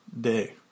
Day